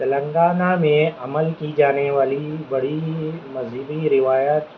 تلنگانہ میں عمل کی جانے والی بڑی ہی ایک مذہبی روایت